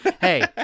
hey